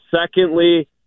Secondly